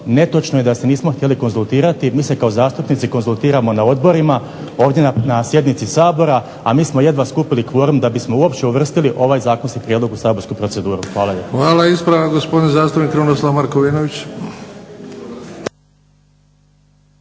netočno je da se nismo htjeli konzultirati, mi se kao zastupnici konzultiramo na odborima, ovdje na sjednici Sabora, a mi smo jedva skupili kvorum da bismo uopće uvrstili ovaj zakonski prijedlog u saborsku proceduru. Hvala lijepo. **Bebić, Luka (HDZ)** Hvala. Ispravak, gospodin zastupnik Krunoslav Markovinović.